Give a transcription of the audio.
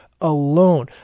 alone